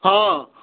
ହଁ